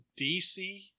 DC